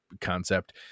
concept